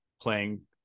playing